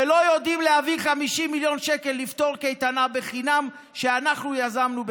ולא יודעים להביא 50 מיליון שקל לתת קייטנה חינם שאנחנו יזמנו,